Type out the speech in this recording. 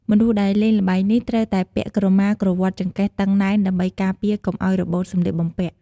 មនុស្សដែលលេងល្បែងនេះត្រូវតែពាក់ក្រមាក្រវាត់ចង្កេះតឹងណែន ដើម្បីការពារកុំឲ្យរបូតសម្លៀកបំពាក់។